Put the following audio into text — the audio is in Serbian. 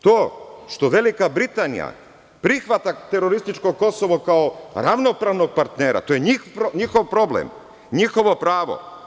To što Velika Britanija prihvata terorističko Kosovo kao ravnopravnog partnera, to je njihov problem, njihovo pravo.